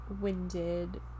winded